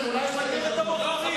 מלה אחת, את הבוחרים.